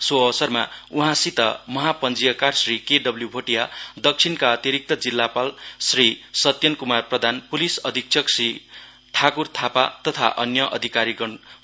so अवसरमा उहाँसित महाँ पश्चीयकार श्री के डब्लू भोटिया दक्षिणका अतिरिक्त जिल्लापाल श्री सत्यन कुमार प्रधान पुलिस अधिक्षक श्री ठाकुर थापा तथा अन्य अधिकारिगण हुनुहुन्थ्यो